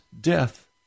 death